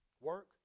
Work